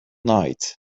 night